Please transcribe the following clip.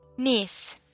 Niece